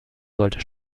sollte